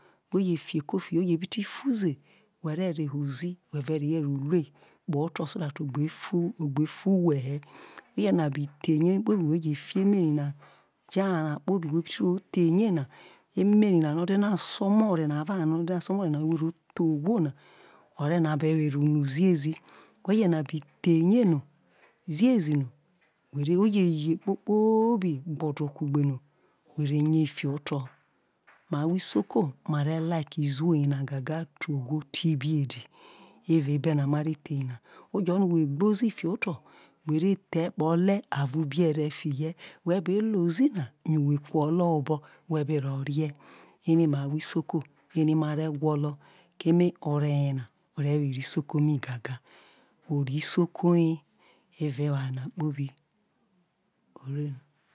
Whe̠ je fi eko fihie no̠ obi ti fuze, whe̠ re̠ reho̠ oa whe̠ re̠, whe̠ re̠ rehie w wel kpoto̠ so that o gbe fu hwe̠ he̠, whe̠ je̠ nab thei ne kpobi no where je fi emeri na fihie̠ jo̠ arao okobi no̠ whe bi ro theirie emer nai no̠ o̠ dina sore na avo̠ araono o̠ dina somore, o̠ye whe̠ bi w thei ogwo na, o̠ re̠ nabe were no ziezi whe̠ je̠ habe thei ne no ziezi no, whe re, o je ye kpokpobi no gbodo kugbe no, whe̠ re yei fiho oto̠, ma amoo isoko ma re̠ like izuwar yeria gaga, te ogwo te ibiedi, euao ebe̠ no̠ ma re thei na oje̠ ro̠no̠ whe gbe ozi fiho̠ oto̠ whe re thei epuo o̠le̠ avo̠ ibie̠re̠ fiho̠ ei whe̠ be lo̠ ozi na yo̠ whe̠ kri o̠le̠ ho̠ obo̠ no̠ whe̠ be ro̠ rele, ere mai ahwo isoko ma re gwolo̠ kerne ore yena o̠re̠ were isoko ma na gaga ore isoko ye euuo eware na kpobi o re no